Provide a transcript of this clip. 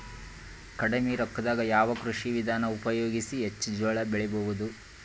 ಕಡಿಮಿ ರೊಕ್ಕದಾಗ ಯಾವ ಕೃಷಿ ವಿಧಾನ ಉಪಯೋಗಿಸಿ ಹೆಚ್ಚ ಜೋಳ ಬೆಳಿ ಬಹುದ?